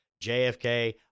JFK